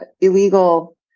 illegal